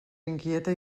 inquieta